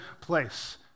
place